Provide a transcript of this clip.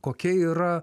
kokia yra